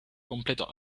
completò